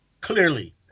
Clearly